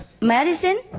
Medicine